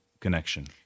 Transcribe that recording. connection